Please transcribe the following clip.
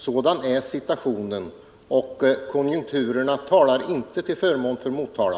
Sådan är situationen, och konjunkturerna talar inte till förmån för Motala.